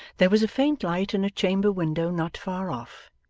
there was a faint light in a chamber window not far off,